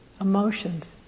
emotions